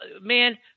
man